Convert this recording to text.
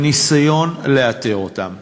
בניסיון לאתר אותם.